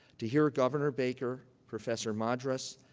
to hear governor baker, professor madras,